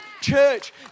Church